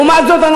לעומת זאת,